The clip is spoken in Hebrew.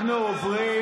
אנחנו עוברים